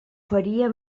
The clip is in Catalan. faria